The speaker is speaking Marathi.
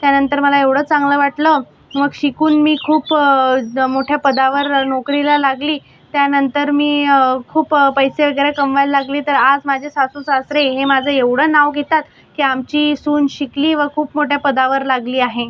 त्यानंतर मला एवढं चांगलं वाटलं मग शिकून मी खूप द मोठ्या पदावर नोकरीला लागली त्यानंतर मी खूप पैसे वगैरे कमवायला लागली तर आस माझे सासूसासरे हे माझं एवढं नाव घेतात की आमची सून शिकली व खूप मोठ्या पदावर लागली आहे